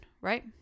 right